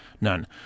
none